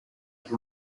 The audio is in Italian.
più